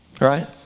Right